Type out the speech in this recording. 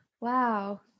wow